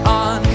on